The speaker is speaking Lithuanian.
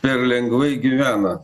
per lengvai gyvena